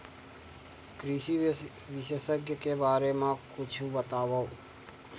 कृषि विशेषज्ञ के बारे मा कुछु बतावव?